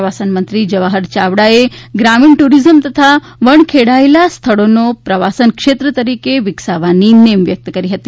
પ્રવાસન મંત્રી જવાહર યાવડાએ ગ્રામીણ ટુરિઝમ તથા વણખેડાયેલા સ્થળોનો પ્રવાસન ક્ષેત્ર તરીકે વિકાસાવવાની નેમ વ્યક્ત કરી હતી